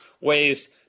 ways